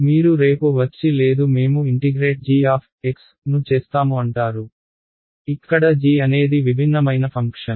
మీరు రేపు వచ్చి లేదు మేము ఇంటిగ్రేట్ g ను చేస్తాము అంటారు ఇక్కడ g అనేది విభిన్నమైన ఫంక్షన్